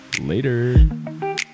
Later